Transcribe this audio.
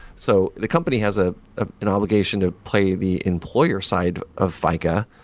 so the company has ah ah an obligation to play the employer side of fica,